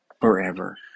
forever